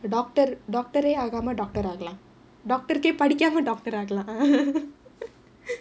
doctor doctor ஆகமா:aagamaa doctor ஆகலாம்:aagalam doctor படிக்காம:padikkaama doctor ஆகலாம்:aagalaam